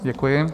Děkuji.